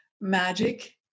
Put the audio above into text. magic